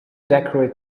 decorate